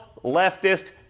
leftist